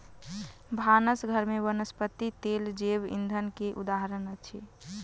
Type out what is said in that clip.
भानस घर में वनस्पति तेल जैव ईंधन के उदाहरण अछि